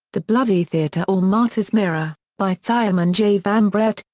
the bloody theater or martyrs mirror, by thieleman j. van braght,